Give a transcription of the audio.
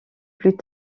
plus